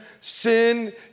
Sin